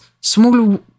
smaller